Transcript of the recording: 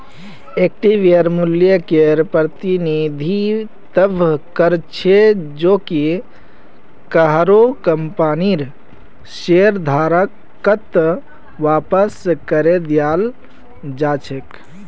इक्विटीर मूल्यकेर प्रतिनिधित्व कर छेक जो कि काहरो कंपनीर शेयरधारकत वापस करे दियाल् जा छेक